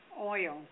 oil